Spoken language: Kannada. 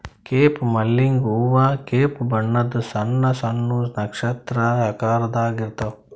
ಕೆಂಪ್ ಮಲ್ಲಿಗ್ ಹೂವಾ ಕೆಂಪ್ ಬಣ್ಣದ್ ಸಣ್ಣ್ ಸಣ್ಣು ನಕ್ಷತ್ರ ಆಕಾರದಾಗ್ ಇರ್ತವ್